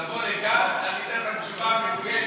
תבוא לכאן, ואני אתן לך תשובה מדויקת.